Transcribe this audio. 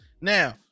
Now